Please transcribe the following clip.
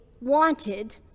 wanted